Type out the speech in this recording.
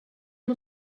amb